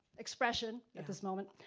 expression, at this moment.